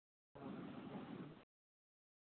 हा पंद्रहा वञणी आ पंजवीहु अचणी आ